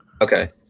Okay